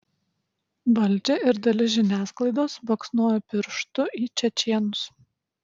valdžia ir dalis žiniasklaidos baksnoja pirštu į čečėnus